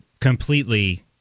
completely